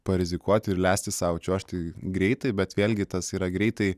parizikuoti ir leisti sau čiuožti greitai bet vėlgi tas yra greitai